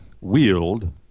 wield